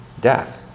death